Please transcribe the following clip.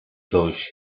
coach